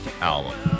album